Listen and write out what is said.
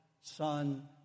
Son